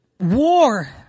War